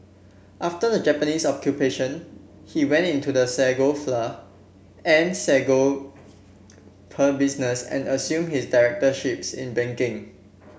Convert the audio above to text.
after the Japanese Occupation he went into the sago flour and sago pearl business and assumed his directorships in banking